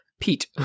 Pete